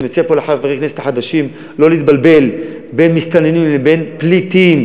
אני מציע פה לחברי הכנסת החדשים לא להתבלבל בין מסתננים לבין פליטים.